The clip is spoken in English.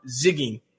zigging